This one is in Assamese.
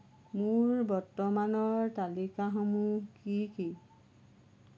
মোৰ বৰ্তমানৰ তালিকাসমূহ কি কি